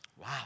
Wow